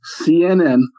CNN